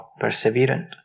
perseverant